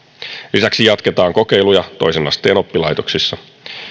lisäksi jatketaan kokeiluja toisen asteen oppilaitoksissa